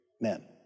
men